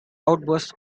outbursts